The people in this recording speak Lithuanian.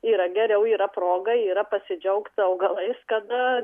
yra geriau yra proga yra pasidžiaugt augalais kada